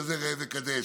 "כזה ראה וקדש"